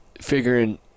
figuring